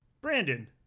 Brandon